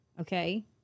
okay